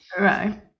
Right